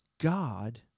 God